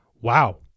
Wow